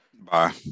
Bye